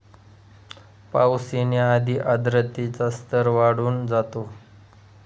पाऊस येण्याआधी आर्द्रतेचा स्तर वाढून जातो